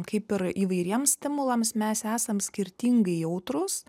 kaip ir įvairiems stimulams mes esam skirtingai jautrūs